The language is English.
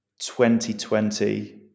2020